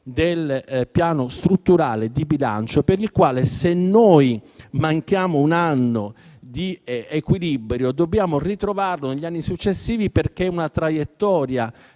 del Piano strutturale di bilancio, in forza del quale, se manchiamo un anno di equilibrio, dobbiamo ritrovarlo negli anni successivi perché va rispettata